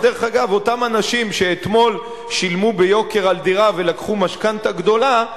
אז אותם אנשים שאתמול שילמו ביוקר על דירה ולקחו משכנתה גדולה,